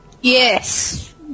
Yes